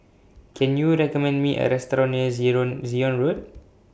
Can YOU recommend Me A Restaurant near Zion Zion Road